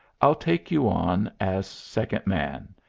i'll take you on as second man.